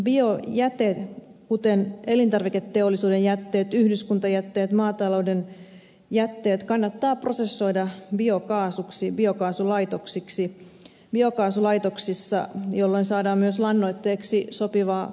biojäte kuten elintarviketeollisuuden jätteet yhdyskuntajätteet maatalouden jätteet kannattaa prosessoida biokaasuksi biokaasulaitoksissa jolloin saadaan myös lannoitteeksi sopivaa tuotetta